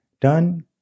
done